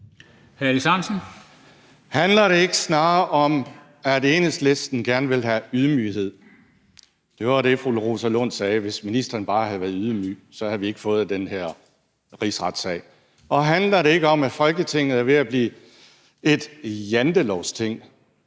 Handler det ikke snarere om, at Enhedslisten gerne vil have ydmyghed? Det var det, fru Rosa Lund sagde: Hvis ministeren bare havde været ydmyg, havde vi ikke fået den her rigsretssag. Og handler det ikke om, at Folketinget er ved at blive et jantelovsting,